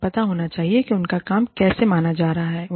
उन्हें पता होना चाहिए कि उनका काम कैसे माना जा रहा है